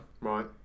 right